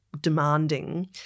demanding